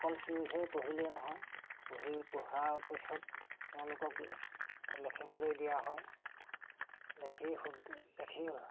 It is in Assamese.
অকল চিঞৰি চিঞৰি পঢ়িলেই নহয় পঢ়ি পঢ়াৰ পিছত তেওঁলোকক লিখিবলৈ দিয়া হয় লিখি সুদ লিখি